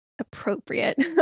appropriate